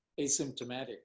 asymptomatic